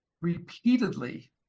repeatedly